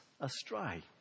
astray